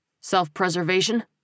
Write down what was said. Self-preservation